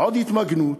עוד התמגנות,